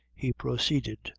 he proceeded,